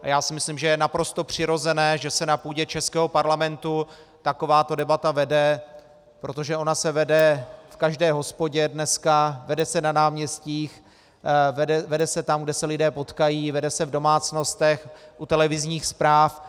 A já si myslím, že je naprosto přirozené, že se na půdě českého parlamentu takováto debata vede, protože ona se vede v každé hospodě dneska, vede se na náměstích, vede se tam, kde se lidé potkají, vede se v domácnostech, u televizních zpráv.